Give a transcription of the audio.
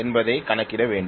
என்பதைக் கணக்கிட வேண்டும்